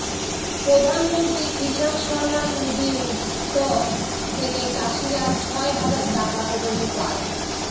প্রধান মন্ত্রী কিষান সম্মান নিধি উদ্যাগ থেকে চাষীরা ছয় হাজার টাকা পর্য়ন্ত পাই